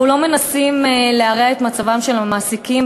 אנחנו לא מנסים להרע את מצבם של המעסיקים,